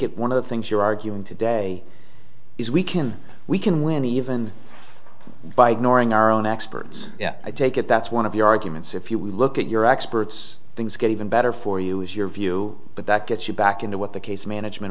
it one of the things you're arguing today is we can we can win even by knowing our own experts yeah i take it that's one of the arguments if you look at your experts things get even better for you is your view but that gets you back into what the case management